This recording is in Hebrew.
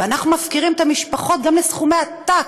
ואנחנו מפקירים את המשפחות גם לסכומי עתק,